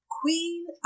Queen